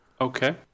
Okay